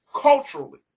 Culturally